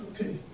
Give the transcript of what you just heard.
Okay